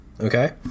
okay